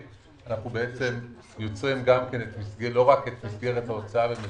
אני אומר חד משמעית: לא מדובר בכסף קואליציוני.